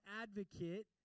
advocate